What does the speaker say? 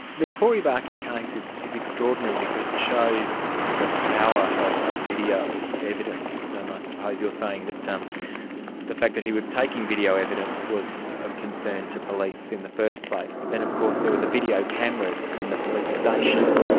the corey barker case is is extraordinary because it shows the power of ah video evidence, and i suppose you're saying that um the fact that he was taking video evidence was of concern to police in the first place, but then of course there were the video cameras in the police station